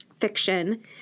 fiction